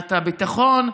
מדינת הביטחון,